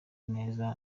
neza